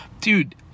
dude